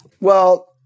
Well-